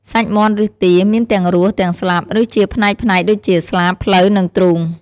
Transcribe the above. សាច់មាន់ឬទា មានទាំងរស់ ទាំងស្លាប់ ឬជាផ្នែកៗដូចជា ស្លាប ភ្លៅ និងទ្រូង។